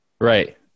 Right